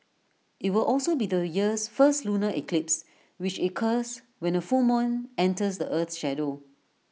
IT will also be the year's first lunar eclipse which occurs when A full moon enters the Earth's shadow